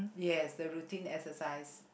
yes the routine exercise